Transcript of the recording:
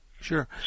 Sure